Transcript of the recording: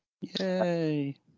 Yay